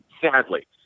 sadly